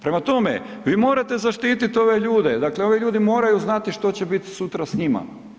Prema tome, vi morate zaštitit ove ljude, dakle ovi ljudi moraju znati što će biti sutra s njima.